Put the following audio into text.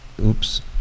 Oops